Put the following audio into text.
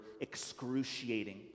excruciating